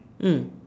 mm